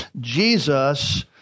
Jesus